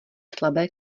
slabé